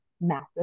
massive